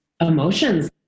emotions